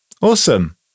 Awesome